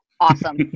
Awesome